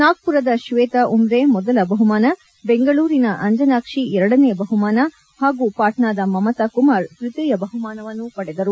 ನಾಗ್ದುರದ ಶ್ವೇತ ಉಮ್ರೇ ಮೊದಲ ಬಹುಮಾನ ಬೆಂಗಳೂರಿನ ಅಂಜನಾಕ್ಷಿ ಎರಡನೇ ಬಹುಮಾನ ಹಾಗೂ ಪಾಟ್ನಾದ ಮಮತಾ ಕುಮಾರ್ ತ್ಪತೀಯ ಬಹುಮಾನವನ್ನು ಪಡೆದರು